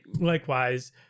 likewise